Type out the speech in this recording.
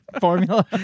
formula